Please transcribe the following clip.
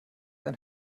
ein